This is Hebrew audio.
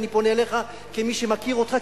ואני פונה אליך כמי שמכיר אותך,